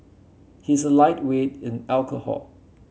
he is a lightweight in alcohol